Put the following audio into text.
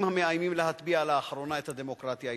המאיימים להטביע לאחרונה את הדמוקרטיה הישראלית.